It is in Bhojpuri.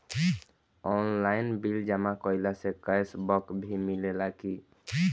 आनलाइन बिल जमा कईला से कैश बक भी मिलेला की?